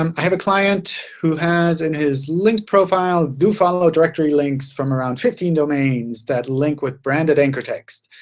um i have a client who has in his linked profile do follow directory links from around fifteen domains, that link with branded anchor text.